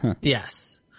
Yes